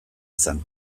izan